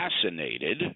assassinated